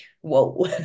whoa